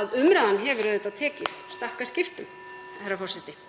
að umræðan hefur auðvitað tekið stakkaskiptum, herra forseti.